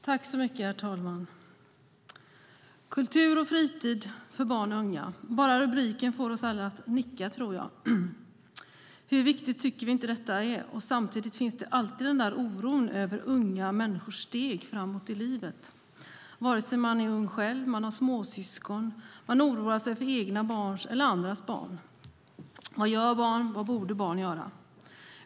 Herr talman! Kultur och fritid för barn och unga - bara rubriken får oss alla att nicka, tror jag. Hur viktigt tycker vi inte att detta är? Samtidigt finns alltid den där oron över unga människors steg framåt i livet, vare sig man är ung själv, har småsyskon eller oroar sig för egna eller andras barn. Vad gör barn, och vad borde barn göra?